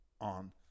on